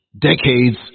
decades